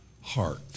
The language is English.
heart